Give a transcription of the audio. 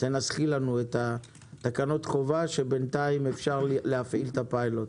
תנסחי לנו את תקנות החובה כך שבינתיים אפשר להפעיל את הפיילוט.